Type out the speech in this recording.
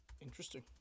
Interesting